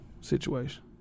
situation